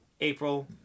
April